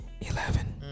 Eleven